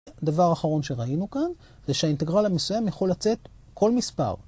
הדבר האחרון שראינו כאן זה שהאינטגרל המסוים יכול לצאת כל מספר.